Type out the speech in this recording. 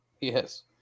yes